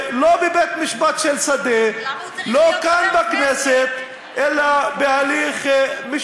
לא בבית-משפט שדה, למה הוא צריך להיות חבר כנסת?